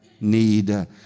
need